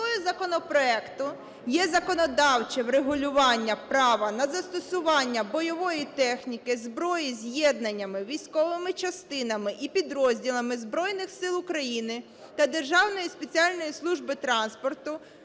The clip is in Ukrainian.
Метою законопроекту є законодавче врегулювання права на застосування бойової техніки, зброї з'єднаннями, військовими частинами і підрозділами Збройних Сил України та Державною спеціальною службою транспорту